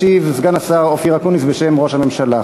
ישיב סגן השר אופיר אקוניס בשם ראש הממשלה.